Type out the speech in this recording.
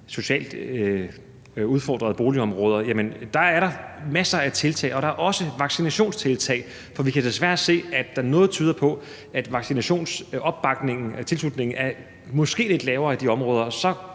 socialt udfordrede boligområder. Der er der masser af tiltag. Der er også vaccinationstiltag. For vi kan desværre se, at noget tyder på, at vaccinationstilslutningen måske er lidt lavere i de områder. Så